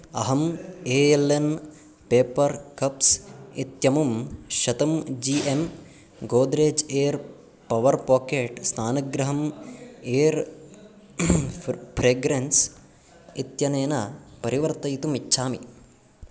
अहम् A L N paper cups इत्यमुं शतं G M Godrej air power pocket स्नानगृहं एर् फ़्र फ्रेग्रेन्स् इत्यनेन परिवर्तयितुम् इच्छामि